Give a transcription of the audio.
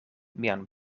mian